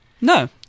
No